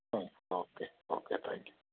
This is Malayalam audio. ആ ഓക്കേ ഓക്കേ താങ്ക് യു